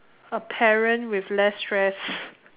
a parent with less stress